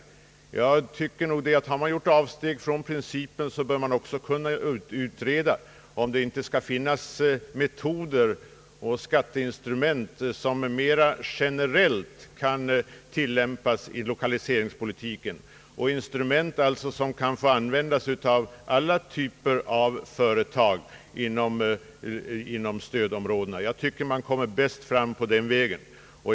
Jag tycker emellertid att man, när man redan gjort avsteg från principen, också bör kunna utreda, om det inte finns metoder och skatteinstrument som mera generellt kan tillämpas i lokaliseringspolitiken — således skatteinstrument som kan få användas av alla typer av företag inom stödområdena. Jag tycker att man kommer bäst fram på den vägen.